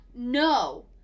No